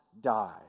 die